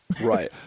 Right